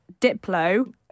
diplo